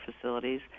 facilities